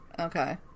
Okay